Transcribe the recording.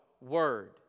Word